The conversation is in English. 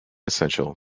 essential